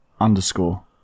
underscore